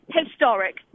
historic